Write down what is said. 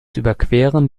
überqueren